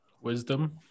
Wisdom